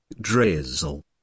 Drizzle